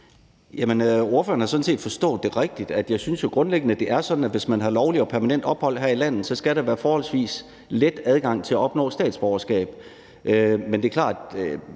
(EL): Ordføreren har sådan set forstået det rigtigt, for jeg synes grundlæggende, at det er sådan, at hvis man har lovligt og permanent ophold her i landet, skal der være forholdsvis let adgang til at opnå statsborgerskab. Men det er klart,